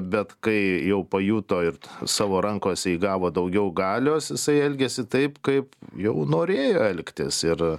bet kai jau pajuto ir savo rankose įgavo daugiau galios jisai elgėsi taip kaip jau norėjo elgtis ir